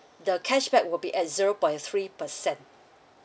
the cashback will be at zero point three percent